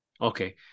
Okay